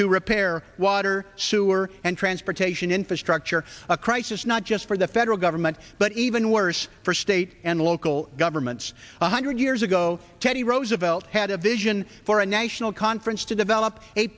to repair water sewer and transportation infrastructure a crisis not just for the federal gov much but even worse for state and local governments one hundred years ago teddy roosevelt had a vision for a national conference to develop a